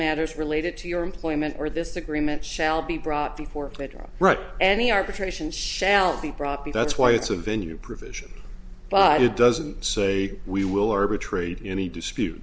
matters related to your employment or this agreement shall be brought before a federal right any arbitration shall be brought be that's why it's a venue provision but it doesn't say we will arbitrate any dispute